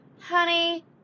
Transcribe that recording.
Honey